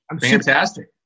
Fantastic